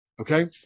Okay